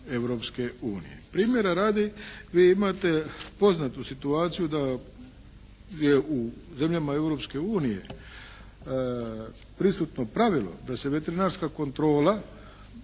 Europske unije. Primjera radi vi imate poznatu situaciju da je u zemljama Europske unije prisutno pravilo da se veterinarska kontrola